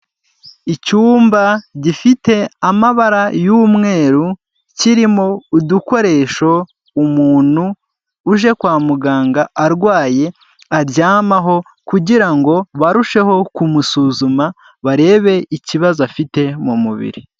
Icyumba gifite amabara y'umweru, kirimo udukoresho umuntu uje kwa muganga arwaye aryamaho, kugira ngo barusheho kumusuzuma barebe ikibazo afite mu mubiri.